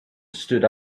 stood